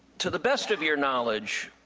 to the best of your knowledge,